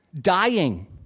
dying